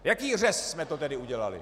Jaký řez jsme to tedy udělali?